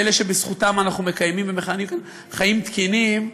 באלה שבזכותם אנחנו מקיימים כאן חיים תקינים,